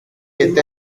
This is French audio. est